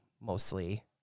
mostly